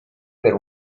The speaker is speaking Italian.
per